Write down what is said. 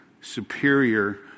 superior